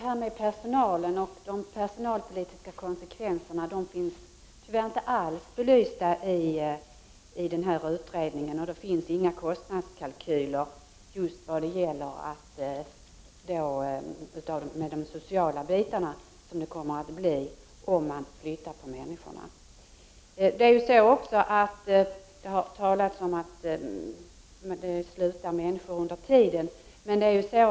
Herr talman! De personalpolitiska konsekvenserna finns tyvärr inte alls belysta i denna utredning, och det finns inga kostnadskalkyler för de sociala konsekvenser som kan uppstå om människorna flyttas. Det har talats om att människor kommer att sluta efter hand.